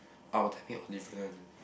our timing all different one leh